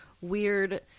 weird